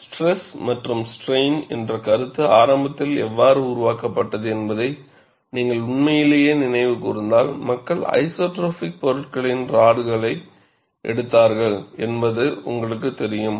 stress மற்றும் strain என்ற கருத்து ஆரம்பத்தில் எவ்வாறு உருவாக்கப்பட்டது என்பதை நீங்கள் உண்மையிலேயே நினைவு கூர்ந்தால் மக்கள் ஐசோட்ரோபிக் பொருட்களின் ராடுகளை எடுத்தார்கள் என்பது உங்களுக்குத் தெரியும்